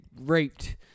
raped